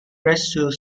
pressure